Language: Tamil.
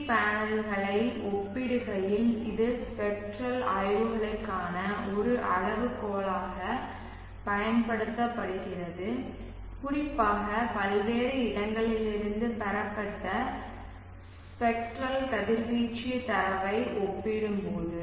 வி பேனல்களை ஒப்பிடுகையில் இது ஸ்பெக்ட்ரல் ஆய்வுகளுக்கான ஒரு அளவுகோலாகப் பயன்படுத்தப்படுகிறது குறிப்பாக பல்வேறு இடங்களிலிருந்து பெறப்பட்ட ஸ்பெக்ட்ரல் கதிர்வீச்சு தரவை ஒப்பிடும் போது